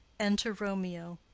enter romeo.